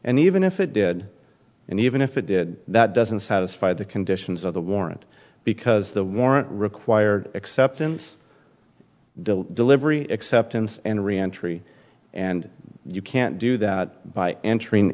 and even if it did and even if it did that doesn't satisfy the conditions of the warrant because the warrant required acceptance delivery acceptance and reentry and you can't do that by entering